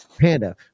Panda